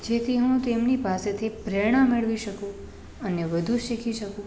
જેથી હું તેમની પાસેથી પ્રેરણા મેળવી શકું અને વધુ શીખી શકું